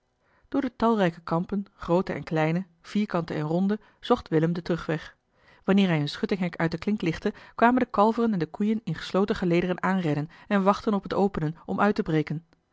door de talrijke kampen groote en kleine vierkante en ronde zocht willem den terugweg wanneer hij een schuttinghek uit de klink lichtte kwamen de kalveren en de koeien in gesloten gelederen aanrennen en wachtten op het openen om uit te breken